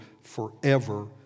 forever